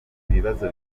ibibazo